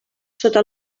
sota